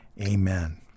Amen